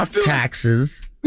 taxes